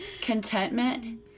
contentment